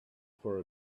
for